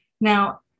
Now